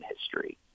history